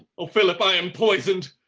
o philip, i am poisoned.